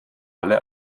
alle